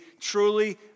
truly